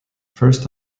first